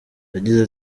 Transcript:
yagize